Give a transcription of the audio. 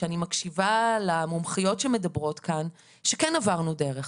כשאני מקשיבה למומחיות שמדברות כאן שכן עברנו דרך.